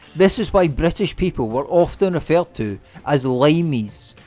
this is why british people were often referred to as limeys